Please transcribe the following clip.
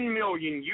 million